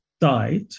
died